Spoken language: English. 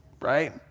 right